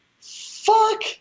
Fuck